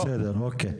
בסדר, אוקיי.